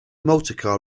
motorcar